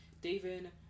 David